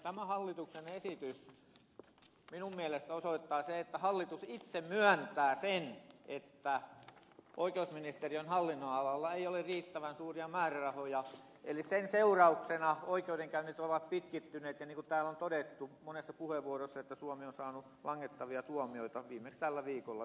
tämä hallituksen esitys minun mielestäni osoittaa sen että hallitus itse myöntää sen että oikeusministeriön hallinnonalalla ei ole riittävän suuria määrärahoja eli sen seurauksena oikeudenkäynnit ovat pitkittyneet ja niin kuin täällä on todettu monessa puheenvuorossa suomi on saanut langettavia tuomioita viimeksi tällä viikolla yhden